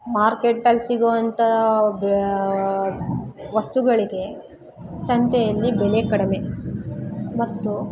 ಮಾರ್ಕೆಟ್ಟಲ್ಲಿ ಸಿಗೊಂಥ ವಸ್ತುಗಳಿಗೆ ಸಂತೆಯಲ್ಲಿ ಬೆಲೆ ಕಡಿಮೆ ಮತ್ತು